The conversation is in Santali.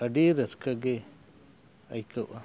ᱟᱹᱰᱤ ᱨᱟᱹᱥᱠᱟᱹ ᱜᱮ ᱟᱹᱭᱠᱟᱹᱜᱼᱟ